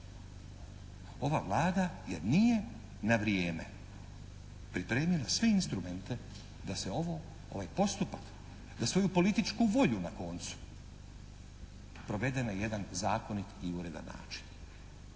Ova Vlada jer nije na vrijeme pripremila sve instrumente da se ovo, ovaj postupak da svoju političku volju na koncu provede na jedan zakonit i uredan način.